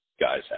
guys